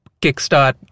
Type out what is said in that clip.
kickstart